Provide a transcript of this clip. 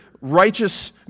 righteous